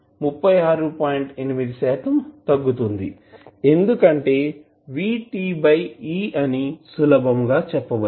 8 శాతం తగ్గుతుంది ఎందుకంటే Vt e అని సులభంగా చెప్పవచ్చు